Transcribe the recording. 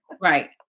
Right